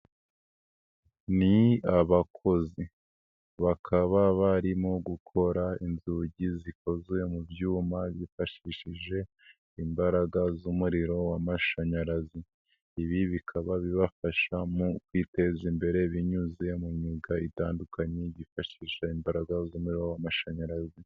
Ni abakozi bakaba barimo gukora inzugi zikozwe mu byuma bifashishije imbaraga z'umuriro w'amashanyarazi, ibi bikaba bibafasha mu kwiteza imbere binyuze mu myuga itandukanye yifashisha imbaraga z'umuriro w'amashanyarazi.